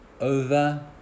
over